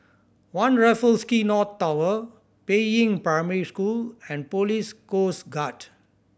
One Raffles Quay North Tower Peiying Primary School and Police Coast Guard